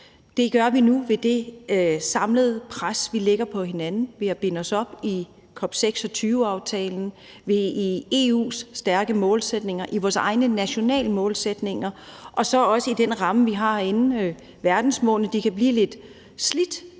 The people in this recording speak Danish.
Det gør vi nu ved det samlede pres, vi lægger på hinanden ved at binde os op i COP26-aftalen, i EU's stærke målsætninger, i vores egne nationale målsætninger, og så også i den ramme, vi har verdensmålene i. Det kan blive lidt slidt,